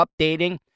updating